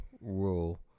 rule